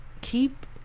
keep